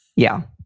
yeah.